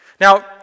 Now